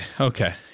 okay